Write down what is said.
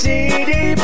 City